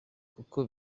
kuko